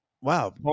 wow